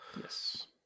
Yes